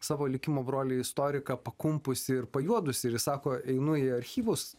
savo likimo brolį istoriką pakumpusį ir pajuodusį ir jis sako einu į archyvus